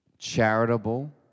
charitable